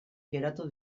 geratu